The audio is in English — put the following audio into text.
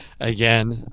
again